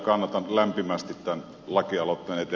kannatan lämpimästi tai laki alokkaita